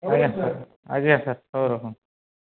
ଆଜ୍ଞା ସାର୍ ଆଜ୍ଞା ସାର୍ ହଉ ରଖୁନ